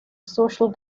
social